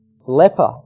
leper